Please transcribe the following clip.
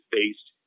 based